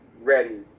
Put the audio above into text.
ready